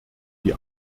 die